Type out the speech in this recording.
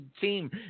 team